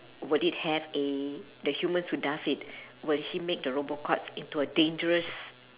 would it have a the humans who does it will he make the robot cops into a dangerous